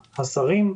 השרים,